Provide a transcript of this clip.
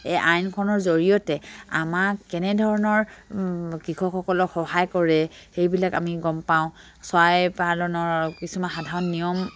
এই আইনখনৰ জৰিয়তে আমাক কেনেধৰণৰ কৃষকসকলক সহায় কৰে সেইবিলাক আমি গম পাওঁ চৰাই পালনৰ কিছুমান সাধাৰণ নিয়ম